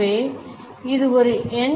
எனவே இது என்